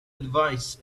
advice